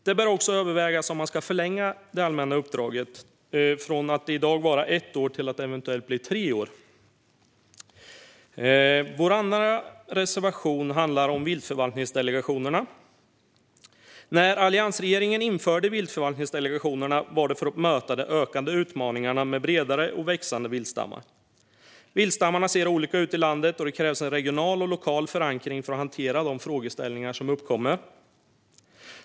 Det bör också övervägas om man ska förlänga det allmänna uppdraget från att som i dag vara ett år till att eventuellt bli tre år. Vår andra reservation handlar om viltförvaltningsdelegationerna. När alliansregeringen införde viltförvaltningsdelegationerna var det för att möta de ökande utmaningarna med bredare och växande viltstammar. Viltstammarna ser olika ut i landet, och det krävs en regional och lokal förankring för att hantera de frågeställningar som uppkommer.